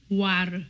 war